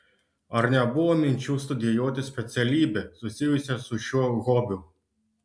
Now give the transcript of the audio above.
ar nebuvo minčių studijuoti specialybę susijusią su šiuo hobiu